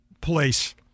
place